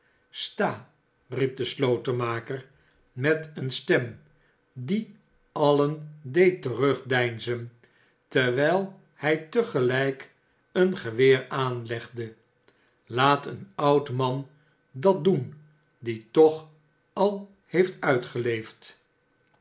ista riep de slotenmaker met eene stem die alien deed terugdeinzen terwijl hij te gelijk een geweer aanlegde laateenoudman dat doen die toch al heeft uitgeleefd